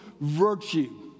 virtue